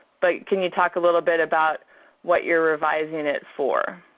but can you talk a little bit about what you're revising it for?